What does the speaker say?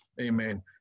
amen